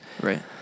Right